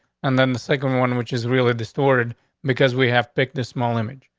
and then the second one, which is really distorted because we have picked the small image.